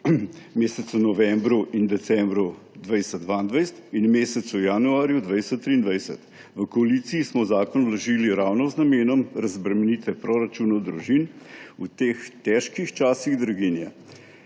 mesecu novembru in decembru 2022 ter v mesecu januarju 2023. V koaliciji smo zakon vložili ravno z namenom razbremenitve proračunov družin v teh težkih časih draginje.